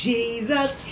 Jesus